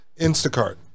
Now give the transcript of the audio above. instacart